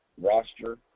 roster